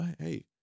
Hey